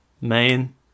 main